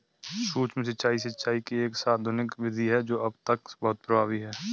सूक्ष्म सिंचाई, सिंचाई की एक आधुनिक विधि है जो अब तक बहुत प्रभावी है